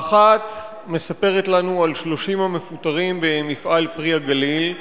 האחת מספרת לנו על 30 המפוטרים במפעל "פרי הגליל"